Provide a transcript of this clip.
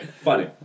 funny